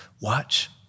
Watch